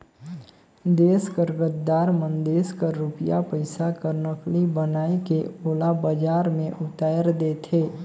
देस कर गद्दार मन देस कर रूपिया पइसा कर नकली बनाए के ओला बजार में उताएर देथे